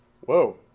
Whoa